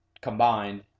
combined